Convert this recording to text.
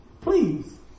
please